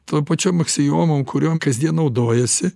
tom pačiom aksiomom kuriom kasdien naudojasi